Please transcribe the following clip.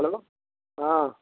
hello हँ